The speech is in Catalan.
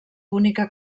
bonica